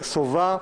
סובה,